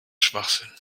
schwachsinn